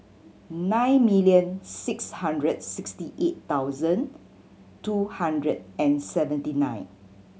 nine million six hundred sixty eight thousand two hundred and seventy nine